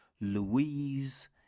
Louise